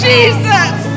Jesus